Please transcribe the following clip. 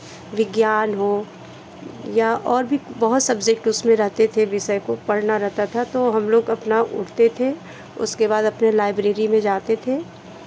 विज्ञान हो या और भी बहुत सब्जेक्ट उसमें रहते थे विषय को पढ़ना रहता था तो हम लोग अपना उठते थे उसके बाद अपने लाइब्रेरी में जाते थे